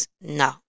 No